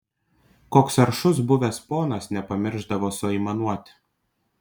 koks aršus buvęs ponas nepamiršdavo suaimanuot